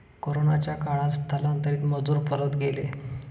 कोरोनाच्या काळात स्थलांतरित मजूर परत गेले